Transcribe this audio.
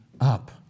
up